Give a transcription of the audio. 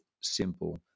simple